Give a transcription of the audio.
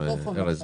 בבקשה.